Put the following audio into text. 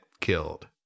killed